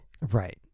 Right